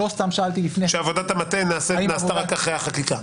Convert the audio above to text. לא סתם שאלתי לפני האם --- כשעבודת המטה נעשתה רק אחרי החקיקה.